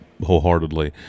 wholeheartedly